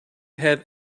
have